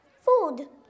Food